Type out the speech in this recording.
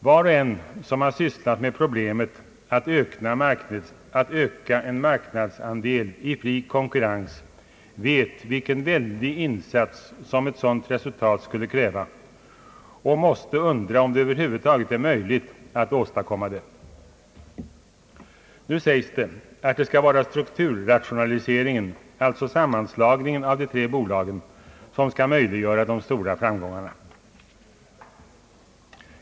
Var och en som har sysslat med problemet att öka en marknadsandel i fri konkurrens vet vilken väldig insats ett sådant resultat skulle kräva och måste undra om det över huvud taget är möjligt att åstadkomma det. Nu säger man att strukturrationaliseringen, alltså sammanslagningen av de tre bolagen, skall möjliggöra de stora framgångarna.